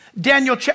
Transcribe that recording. Daniel